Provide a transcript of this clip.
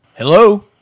Hello